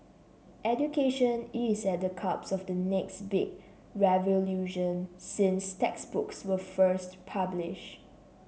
education is at the cusp of the next big revolution since textbooks were first published